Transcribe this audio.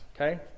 okay